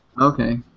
Okay